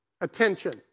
Attention